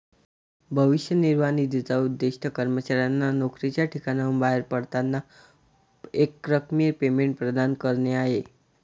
भविष्य निर्वाह निधीचा उद्देश कर्मचाऱ्यांना नोकरीच्या ठिकाणाहून बाहेर पडताना एकरकमी पेमेंट प्रदान करणे आहे